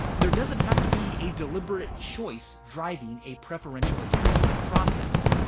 there doesn't have to be a deliberate choice driving a preferential attachment process.